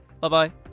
Bye-bye